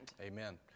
Amen